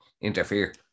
interfere